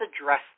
address